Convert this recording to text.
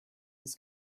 his